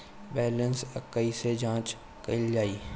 Balance कइसे जांच कइल जाइ?